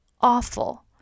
awful